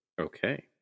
Okay